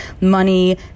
money